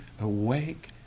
awake